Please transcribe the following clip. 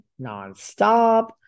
nonstop